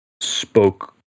spoke